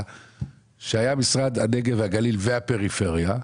שהיה משרד הנגב והגליל והפריפריה.